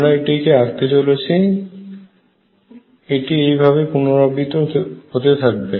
আমরা এটিকে আঁকতে চলেছি এটি এইভাবে পুনরাবৃত্তি হতে থাকবে